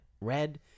red